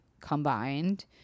combined